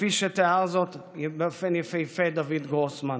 כפי שתיאר זאת באופן יפהפה דויד גרוסמן.